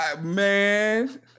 Man